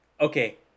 Okay